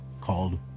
called